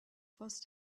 forced